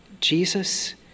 Jesus